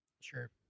Sure